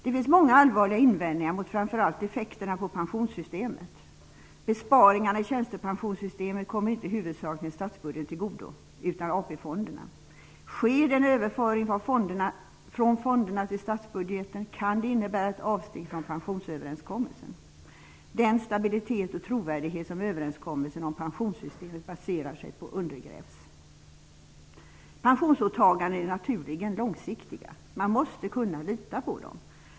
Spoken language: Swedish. Det finns många allvarliga invändningar mot framför allt effekterna på pensionssystemet. Besparingarna i tjänstepensionssystemet kommer inte huvudsakligen statsbudgeten till godo utan AP-fonderna. Sker det en överföring från fonderna till statsbudgeten kan det innebära ett avsteg från pensionsöverenskommelsen. Den stabilitet och trovärdighet som överenskommelsen om pensionssystemet baserar sig på undergrävs. Pensionsåtaganden är naturligen långsiktiga. Man måste kunna lita på dem.